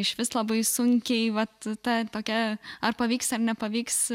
išvis labai sunkiai vat ta tokia ar pavyks ar nepavyks